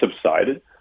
subsided